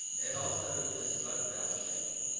it also is a budget allocation,